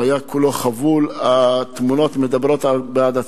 הוא היה כולו חבול, והתמונות מדברות בעד עצמן.